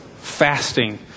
fasting